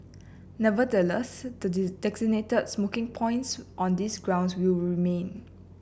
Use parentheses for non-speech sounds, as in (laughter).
nevertheless the (unintelligible) designated smoking points on these grounds will remain